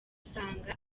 usanga